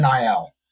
NIL